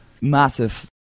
Massive